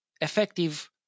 effective